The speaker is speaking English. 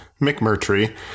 McMurtry